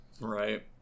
Right